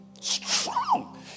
strong